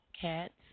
cats